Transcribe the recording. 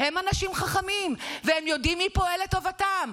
הם אנשים חכמים והם יודעים מי פועל לטובתם,